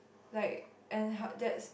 like and how that's